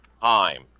time